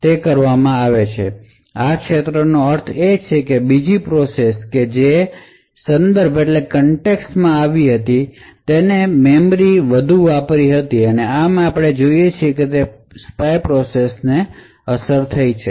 તેથી આ ક્ષેત્રો નો અર્થ એ છે કે બીજી પ્રોસેસ કે જે સંદર્ભમાં આવી હતી તેને મેમરી વધુ વાપરી હતી અને આમ આપણે જોઈએ છીએ કે તેની સ્પાય પ્રોસેસ ને અસર થઈ છે